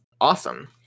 awesome